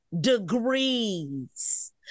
degrees